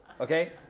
okay